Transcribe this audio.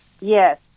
Yes